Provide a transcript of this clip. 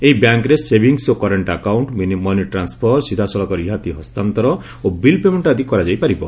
ଏହି ବ୍ୟାଙ୍କ୍ରେ ସେଭିଂସ୍ ଓ କରେଣ୍ଟ ଆକାଉଣ୍ଟ ମନିଟ୍ରାନ୍ୱଫର ସିଧାସଳଖ ରିହାତି ହସ୍ତାନ୍ତର ଓ ବିଲ୍ ପେମେଣ୍ଟ ଆଦି କରାଯାଇପାରିବ